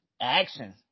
Action